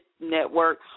network